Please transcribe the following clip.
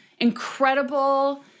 incredible